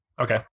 Okay